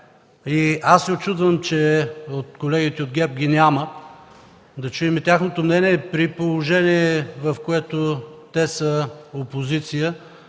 Аз се учудвам, че колегите от ГЕРБ ги няма, за да чуем и тяхното мнение, при положение, в което те са опозиция,